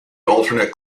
alternate